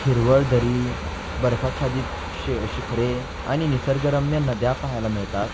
हिरवळ दरी बर्फाच्छादित शे शिखरे आणि निसर्गरम्य नद्या पाहायला मिळतात